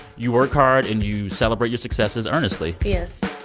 you work hard and you celebrate your successes earnestly yes